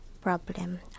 problem